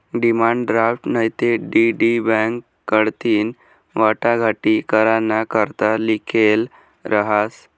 demand draft नैते DD bank कडथीन वाटाघाटी कराना करता लिखेल रहास